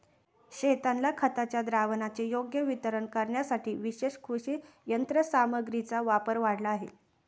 शेतांना खताच्या द्रावणाचे योग्य वितरण करण्यासाठी विशेष कृषी यंत्रसामग्रीचा वापर वाढला आहे